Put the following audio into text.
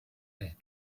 head